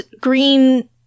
green